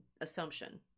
assumption